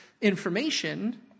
information